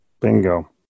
Bingo